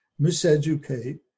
miseducate